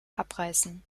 abreißen